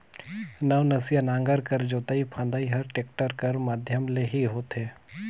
नवनसिया नांगर कर जोतई फदई हर टेक्टर कर माध्यम ले ही होथे